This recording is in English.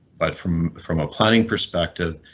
but from from a planning perspective,